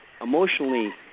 emotionally